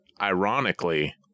Ironically